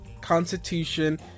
constitution